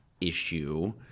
issue